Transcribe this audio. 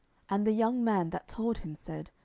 and the young man that told him said,